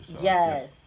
Yes